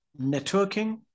networking